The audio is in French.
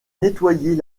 nettoyer